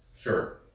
Sure